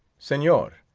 senor,